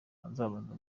azabanza